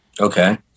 Okay